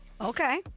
Okay